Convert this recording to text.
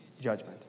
judgment